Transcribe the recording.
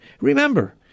remember